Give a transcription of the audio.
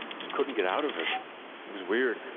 just couldn't get out of it, it was weird.